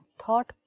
thought